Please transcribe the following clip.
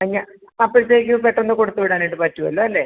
ഞാൻ അപ്പോഴത്തേക്കും പെട്ടെന്ന് കൊടുത്ത് വിടാനായിട്ട് പറ്റുമല്ലോ അല്ലേ